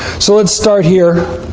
so let's start here.